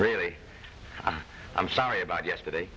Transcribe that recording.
really i'm sorry about yesterday